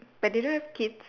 but they don't have kids